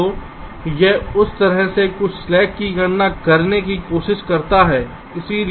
तो यह इस तरह से कुछ स्लैक की गणना करने की कोशिश करता है और इसे कम करने की कोशिश करता है